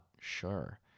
sure